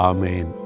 Amen